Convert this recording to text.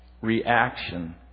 reaction